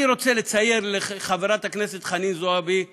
אני רוצה לצייר לחברת הכנסת חנין זועבי ציור,